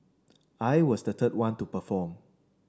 I was the third one to perform